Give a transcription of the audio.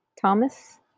Thomas